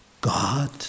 God